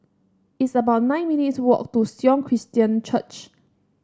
it's about nine minutes' walk to Sion Christian Church